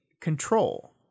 control